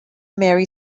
mary